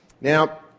now